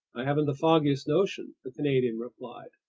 i haven't the foggiest notion, the canadian replied.